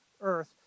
earth